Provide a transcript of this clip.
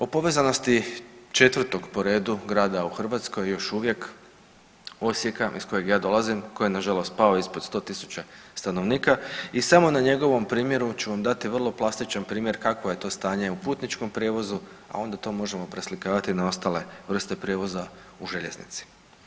O povezanosti četvrtog po redu grada u Hrvatskoj još uvije, Osijeka iz kojega ja dolazim koji je nažalost pao ispod 100.000 stanovnika i samo na njegovom primjeru ću vam dati vrlo plastičan primjer kakvo je to stanje u putničkom prijevozu, a onda to možemo preslikavati na ostale vrste prijevoza u željeznici.